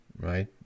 right